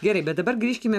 gerai bet dabar grįžkime